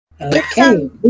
Okay